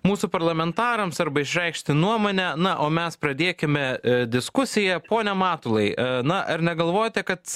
mūsų parlamentarams arba išreikšti nuomonę na o mes pradėkime diskusiją pone matulai na ar negalvojate kad